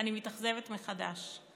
אני מתאכזבת מחדש.